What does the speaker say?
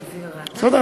בסדר?